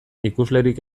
ikuslerik